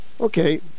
Okay